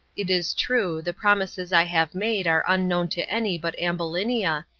it is true, the promises i have made are unknown to any but ambulinia,